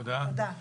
תודה.